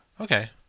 Okay